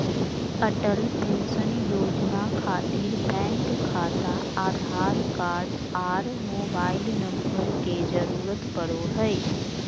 Atal pension Yojana खातिर bank खाता Aadhaar card आर मोबाइल नम्बर के जरूरत परो हय